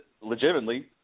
legitimately